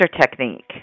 Technique